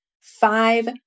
five